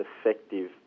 effective